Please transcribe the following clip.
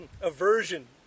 aversion